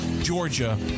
Georgia